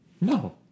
No